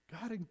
God